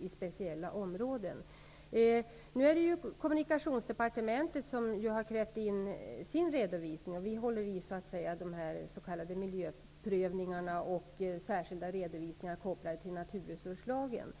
i speciella områden påverkas av att farkosterna förs fram. Kommunikationsdepartementet har krävt en redovisning. Miljödepartementet håller i de s.k. miljöprövningarna och särskilda redovisningar kopplade till naturresurslagen.